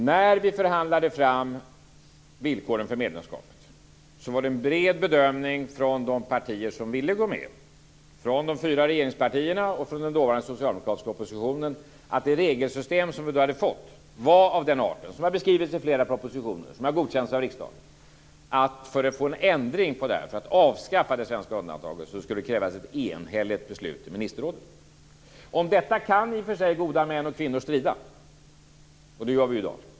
När vi förhandlade fram villkoren för medlemskapet var det en bred bedömning från de partier som ville gå med, från de fyra regeringspartierna och från den dåvarande socialdemokratiska oppositionen, att det regelsystem som vi då hade fått var av den arten, som har beskrivits i flera propositioner och som godkänts av riksdagen, att för att avskaffa det svenska undantaget skulle det krävas ett enhälligt beslut i ministerrådet. Om detta kan i och för sig goda män och kvinnor strida, och det gör vi ju i dag.